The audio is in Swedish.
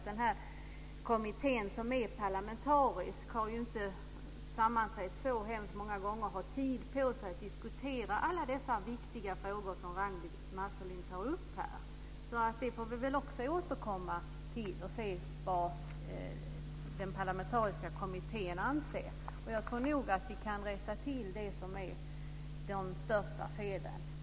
Den parlamentariska kommittén har inte sammanträtt så hemskt många gånger och måste ha tid på sig att diskutera alla de viktiga frågor som Ragnwi Marcelind tar upp. Det får vi väl också återkomma till då vi får veta vad den parlamentariska kommittén anser. Jag tror nog att vi kan rätta till de största felen.